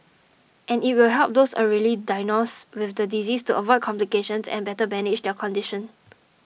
and it will help those diagnosed with the disease to avoid complications and better manage their condition